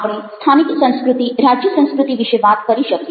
આપણે સ્થાનિક સંસ્કૃતિ રાજ્ય સંસ્કૃતિ વિશે વાત કરી શકીએ